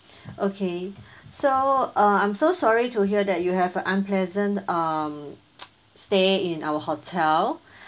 okay so uh I'm so sorry to hear that you have a unpleasant um stay in our hotel